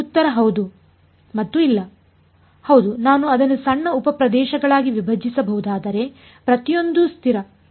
ಉತ್ತರ ಹೌದು ಮತ್ತು ಇಲ್ಲ ಹೌದು ನಾನು ಅದನ್ನು ಸಣ್ಣ ಉಪ ಪ್ರದೇಶಗಳಾಗಿ ವಿಭಜಿಸಬಹುದಾದರೆ ಪ್ರತಿಯೊಂದೂ ಸ್ಥಿರ k